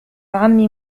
عمي